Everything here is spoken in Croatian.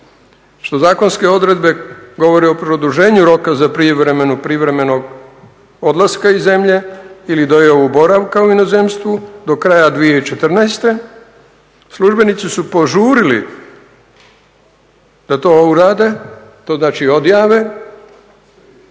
što zakonske odredbe govore o produženju roka za prijevremenu privremenog odlaska iz zemlje ili dojavu boravka u inozemstvu do kraja 2014. službenici su požurili da to urade, to znači odjave